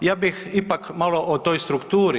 Ja bih ipak malo o toj strukturi.